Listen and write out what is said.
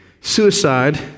Suicide